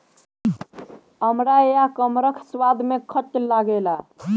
अमड़ा या कमरख स्वाद में खट्ट लागेला